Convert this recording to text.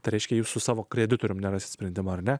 tai reiškia jūs su savo kreditoriumi nerasite dabar ne